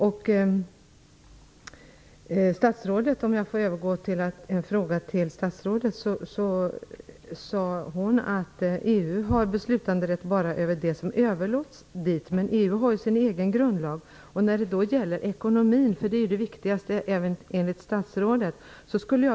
Jag skall nu vända mig till statsrådet. Hon sade att EU bara har beslutanderätt över det som överlåts åt EU, men EU har ju sin egen grundlag. Ekonomin är det viktigaste, även enligt statsrådet.